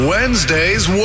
Wednesday's